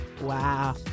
Wow